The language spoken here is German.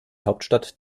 hauptstadt